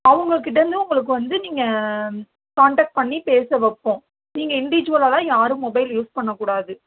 அவங்கக்கிட்ட வந்து உங்களுக்கு வந்து நீங்கள் கான்டெக்ட் பண்ணிப் பேச வைப்போம் நீங்கள் இன்டிஜுவலலாம் யாரும் மொபைல் யூஸ் பண்ணக்கூடாது